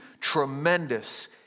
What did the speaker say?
tremendous